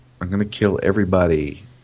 I'm-gonna-kill-everybody